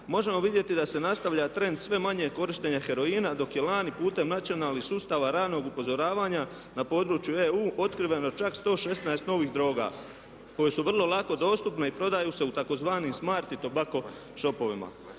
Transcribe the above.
možemo vidjeti da se nastavlja trend sve manje korištenja heroina dok je lani putem nacionalnih sustava ranog upozoravanja na području EU otkriveno čak 116 novih droga koje su vrlo lako dostupne i prodaju se u tzv. smart i tobacco shopovima.